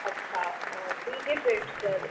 अच्छा ठीक है फिर सर